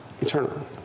eternal